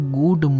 good